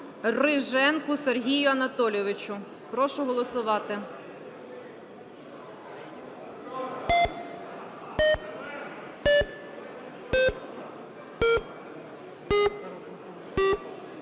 Риженку Сергію Анатолійовичу. Прошу голосувати.